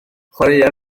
chwaraea